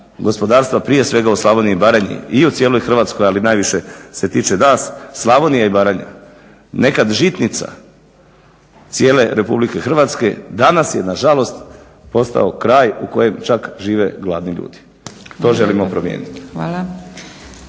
gospodarstva, prije svega u Slavoniji i Baranji i u cijeloj Hrvatskoj, ali najviše se tiče nas. Slavonija i Baranja nekad žitnica cijele RH danas je nažalost postao kraj u kojem čak žive gladni ljudi. To želimo promijeniti.